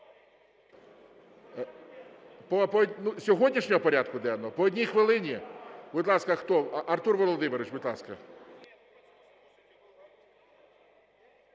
Сьогоднішнього порядку денного? По одній хвилині? Будь ласка, хто? Артур Володимирович, будь ласка.